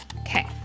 Okay